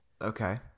Okay